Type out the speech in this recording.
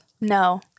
no